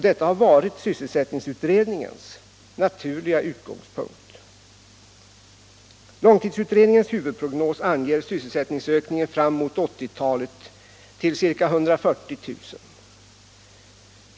Det har varit sysselsättningsutredningens utgångspunkt. Långtidsutredningens huvudprognos anger sysselsättningsökningen fram mot 1980-talet till ca 140 000.